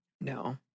No